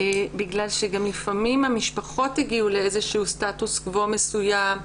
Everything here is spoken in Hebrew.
בגלל שלפעמים המשפחות הגיעו לאיזשהו סטטוס-קוו מסוים,